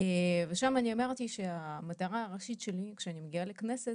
שם אני אמרתי שהמטרה הראשית שלי כאשר אני מגיעה לכנסת